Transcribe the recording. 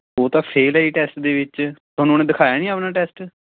ਉਹ ਤਾਂ ਫੇਲ ਆ ਜੀ ਟੈਸਟ ਦੇ ਵਿੱਚ ਤੁਹਾਨੂੰ ਉਹਨੇ ਦਿਖਾਇਆ ਨਹੀਂ ਆਪਣਾ ਟੈਸਟ